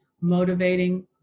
motivating